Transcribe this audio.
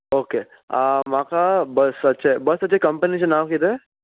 okay म्हाका बसाचे बसाचे कंपनिचें नांव कितें